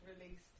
released